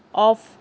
of